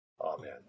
Amen